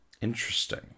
Interesting